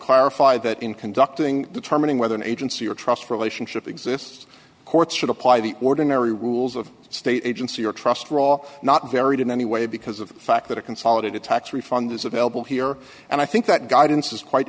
clarify that in conducting determining whether an agency or trust relationship exists courts should apply the ordinary rules of state agency or trust role not varied in any way because of the fact that a consolidated tax refund is available here and i think that guidance is quite